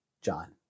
John